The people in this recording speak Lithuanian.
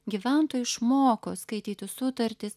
gyventojai išmoko skaityti sutartis